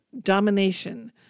domination